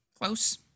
close